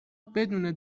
بدون